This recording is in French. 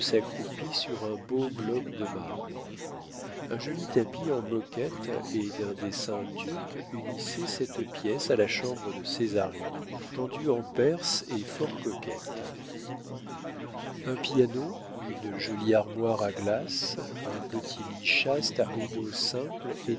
accroupie sur un beau bloc de marbre un joli tapis en moquette et d'un dessin turc unissait cette pièce à la chambre de césarine tendue en perse et fort coquette un piano une jolie armoire à glace un petit lit chaste à rideaux simples